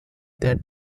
that